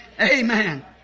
Amen